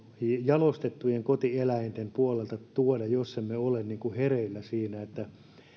jalostettujen kotieläinten puolelta tuoda jos emme ole hereillä siinä